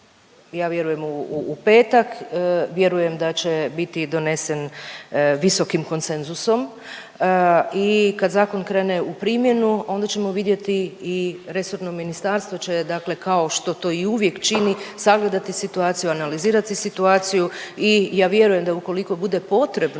ja vjerujem u petak. Vjerujem da će biti donesen visokim konsenzusom. I kad zakon krene u primjenu onda ćemo vidjeti i resorno ministarstvo će, dakle kao što to i uvijek čini sagledati situaciju, analizirati situaciju i ja vjerujem ukoliko bude potrebno